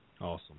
Awesome